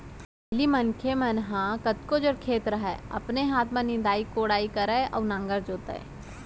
पहिली मनसे मन ह कतको जड़ खेत रहय अपने हाथ में निंदई कोड़ई करय अउ नांगर जोतय